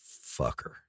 Fucker